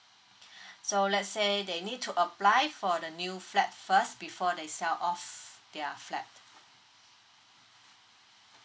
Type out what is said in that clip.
so let's say they need to apply for the new flat first before they sell off their flat